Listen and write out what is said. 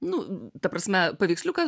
nu ta prasme paveiksliuką